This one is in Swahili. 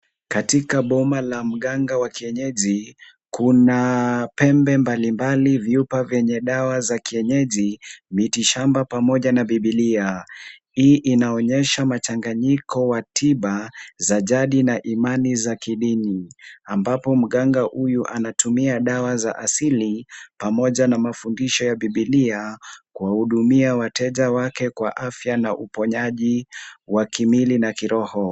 Katika boma la mganga wa kienyeji, kuna pembe mbalimbali, vyupa vyenye dawa za kienyeji, mitishamba pamoja na bibilia. Hii inaonyesha machanganyiko wa tiba za jadi na imani za kidini ambapo mganga huyu anatumia dawa za asili pamoja na mafundisho ya bibilia kuwahudumia wateja wake kwa afya na uponyaji wa kimwili na kiroho.